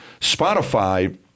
Spotify